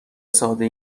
ساده